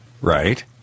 Right